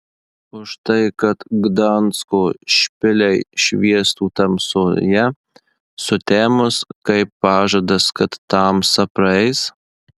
už tai kad gdansko špiliai šviestų tamsoje sutemus kaip pažadas kad tamsa praeis